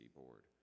board